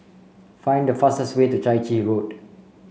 find the fastest way to Chai Chee Road